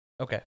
Okay